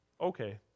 Okay